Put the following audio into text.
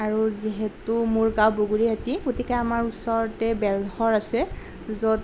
আৰু যিহেতু মোৰ গাঁও বগৰীআটী গতিকে আমাৰ ওচৰতে বেলশৰ আছে য'ত